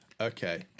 Okay